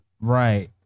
Right